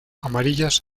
amarillas